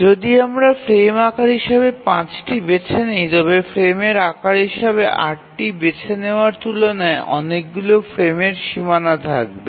যদি আমরা ফ্রেম আকার হিসাবে ৫টি বেছে নিই তবে ফ্রেমের আকার হিসাবে ৮টি বেছে নেওয়ার তুলনায় অনেকগুলি ফ্রেমের সীমানা থাকবে